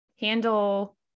handle